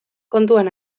kontuan